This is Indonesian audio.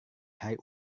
hari